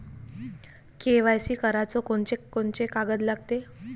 KYC कराच कोनचे कोनचे कागद लागते?